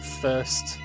first